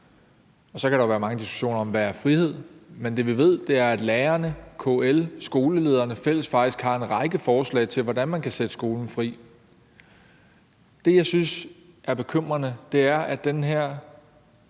Så kan der jo være mange diskussioner om, hvad frihed er. Men det, vi ved, er, at lærerne, KL og skolelederne faktisk har en række fælles forslag til, hvordan man kan sætte skolerne fri. Det, jeg synes er bekymrende, er, at den her